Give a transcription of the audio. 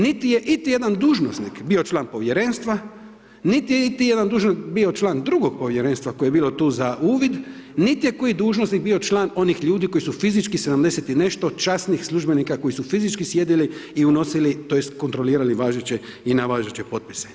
Niti je iti jedan dužnosnik, bio član povjerenstva, niti je iti jedan dužnosnik bio član drugog povjerenstva koje je bilo tu za uvid, niti je koji dužnosnik bio član onih ljudi koji su fizički, 70 i nešto časnih službenika koji su fizički sjedili i unosili tj. kontrolirali važeće i nevažeće potpise.